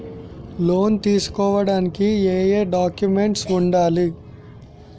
Loan తీసుకోడానికి ఏయే documents వుండాలి?